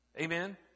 Amen